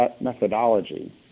methodology